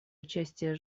участия